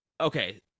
okay